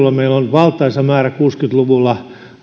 valtaisa määrä kuusikymmentä luvulla